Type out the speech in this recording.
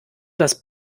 das